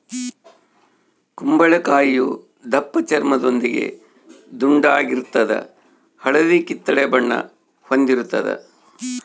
ಕುಂಬಳಕಾಯಿಯು ದಪ್ಪಚರ್ಮದೊಂದಿಗೆ ದುಂಡಾಗಿರ್ತದ ಹಳದಿ ಕಿತ್ತಳೆ ಬಣ್ಣ ಹೊಂದಿರುತದ